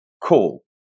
call